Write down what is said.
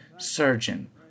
surgeon